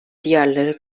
diğerleri